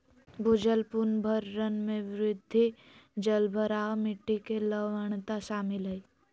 भूजल पुनर्भरण में वृद्धि, जलभराव, मिट्टी के लवणता शामिल हइ